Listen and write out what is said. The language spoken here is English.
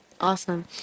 awesome